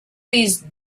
these